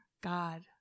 God